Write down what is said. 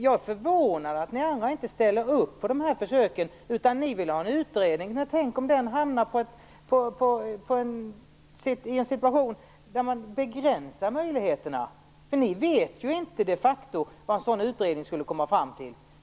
Jag är förvånad att ni andra inte ställer upp på dessa försök. Ni vill ha en utredning. Men tänk om den leder fram till en situation där man begränsar möjligheterna! Ni vet ju inte de facto vad en sådan utredning skulle komma fram till.